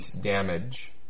damage